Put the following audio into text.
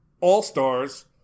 All-Stars